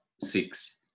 six